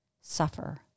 suffer